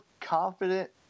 confident